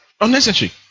unnecessary